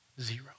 zero